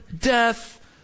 death